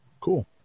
Cool